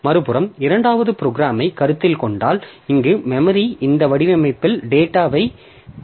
மறுபுறம் இரண்டாவது ப்ரோக்ராமைக் கருத்தில் கொண்டால் இங்கே மெமரி இந்த வடிவமைப்பில் டேட்டாவைக் கொண்டுள்ளது